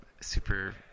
super